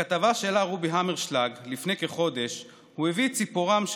בכתבה שהעלה רובי המרשלג לפני כחודש הוא הביא את סיפורם של